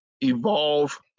evolve